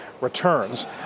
returns